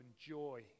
joy